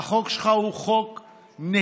והחוק שלך הוא חוק נהדר,